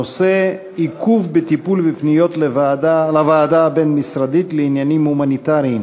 הנושא: עיכוב בטיפול בפניות לוועדה הבין-משרדית לעניינים הומניטריים.